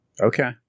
Okay